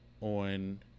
on